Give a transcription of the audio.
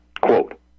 Quote